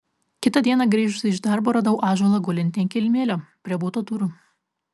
kitą dieną grįžusi iš darbo radau ąžuolą gulintį ant kilimėlio prie buto durų